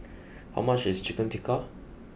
how much is Chicken Tikka